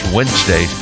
Wednesday